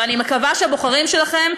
ואני מקווה שהבוחרים שלכם,